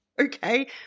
Okay